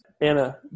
Anna